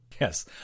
Yes